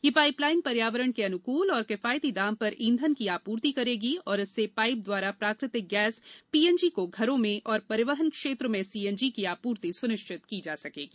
यह पाइपलाइन पर्यावरण के अनुकूल और किफायती दाम पर ईंधन की आपूर्ति करेगी और इससे पाइप द्वारा प्राकृतिक गैस पीएनजी को घरों में और परिवहन क्षेत्र में सीएनजी की आपूर्ति सुनिश्चित की जा सकेगी